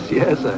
yes